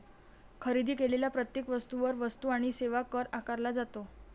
खरेदी केलेल्या प्रत्येक वस्तूवर वस्तू आणि सेवा कर आकारला जातो